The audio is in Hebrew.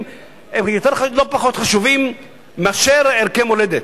הם לא פחות חשובים מאשר ערכי מולדת,